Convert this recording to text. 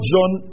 John